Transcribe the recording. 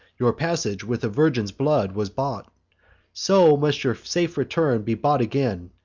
your passage with a virgin's blood was bought so must your safe return be bought again,